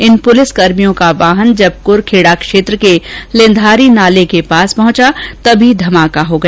इन पुलिसकर्मियों को वाहन जब कुरखेड़ा क्षेत्र के लेंधारी नाले के पास पहुंचा तभी धमाका हो गया